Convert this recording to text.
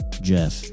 Jeff